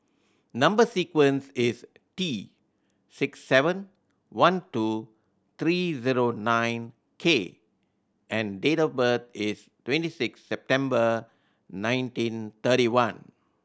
number sequence is T six seven one two three zero nine K and date of birth is twenty six September nineteen thirty one